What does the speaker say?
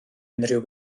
unrhyw